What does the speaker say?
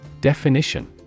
Definition